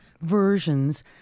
versions